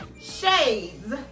shades